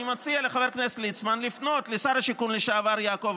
אני מציע לחבר הכנסת ליצמן לפנות לשר השיכון לשעבר יעקב